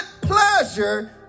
pleasure